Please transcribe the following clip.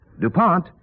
DuPont